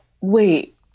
wait